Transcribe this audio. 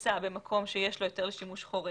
נמצא במקום שיש לו היתר לשימוש חורג,